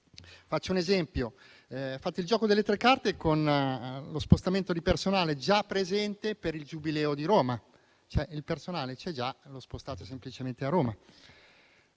Faccio un esempio: fate il gioco delle tre carte con lo spostamento di personale già presente per il Giubileo di Roma; il personale c'è già e lo spostate semplicemente a Roma.